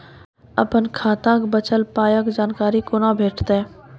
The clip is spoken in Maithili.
अपन खाताक बचल पायक जानकारी कूना भेटतै?